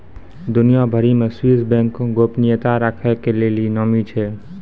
दुनिया भरि मे स्वीश बैंक गोपनीयता राखै के लेली नामी छै